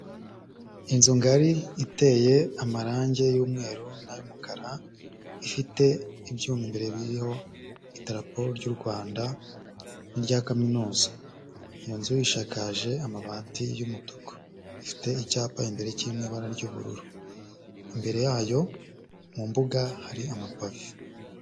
Inzu ngari iteye amarangi y'umweru n'ay'umukara, ifite ibyuma imbere biriho idarapo ry'u Rwanda n'irya Kaminuza, iyo nzu ishakaje amabati y'umutuku, ifite icyapa imbere kiri mu ibara ry'ubururu, imbere yayo mu mbuga hari amapave.